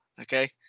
Okay